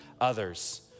others